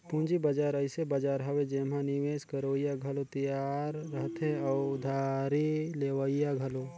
पंूजी बजार अइसे बजार हवे एम्हां निवेस करोइया घलो तियार रहथें अउ उधारी लेहोइया घलो